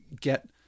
get